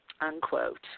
unquote